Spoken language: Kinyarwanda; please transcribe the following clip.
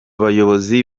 bayobozi